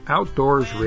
Outdoors